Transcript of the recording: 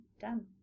done